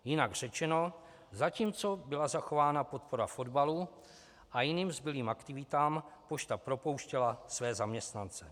Jinak řečeno zatímco byla zachována podpora fotbalu a jiným zbylým aktivitám, pošta propouštěla své zaměstnance.